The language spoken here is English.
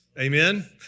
amen